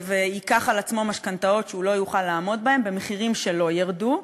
וייקח על עצמו משכנתאות שהוא לא יוכל לעמוד בהן במחירים שלא ירדו,